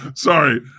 Sorry